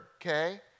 okay